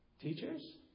teachers